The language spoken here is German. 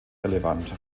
relevant